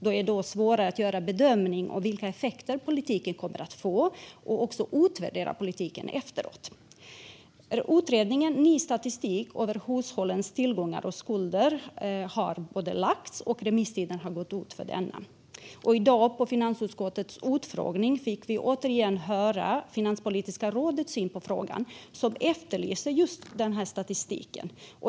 Det är då svårare att göra en bedömning av vilka effekter politiken kommer att få och också utvärdera politiken efteråt. Utredningen En ny statistik över hushållens tillgångar och skulder har lagts fram, och remisstiden har gått ut. I dag på finansutskottets utfrågning fick vi återigen höra Finanspolitiska rådets syn på frågan. De efterlyser just den här statistiken.